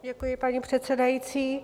Děkuji, paní předsedající.